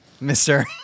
mister